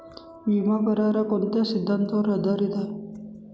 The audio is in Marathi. विमा करार, हा कोणत्या सिद्धांतावर आधारीत आहे?